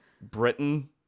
Britain